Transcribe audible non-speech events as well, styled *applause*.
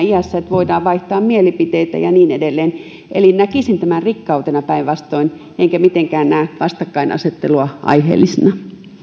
*unintelligible* iässä että voidaan vaihtaa mielipiteitä ja niin edelleen eli näkisin tämän päinvastoin rikkautena enkä mitenkään näe vastakkainasettelua aiheellisena